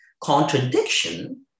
contradiction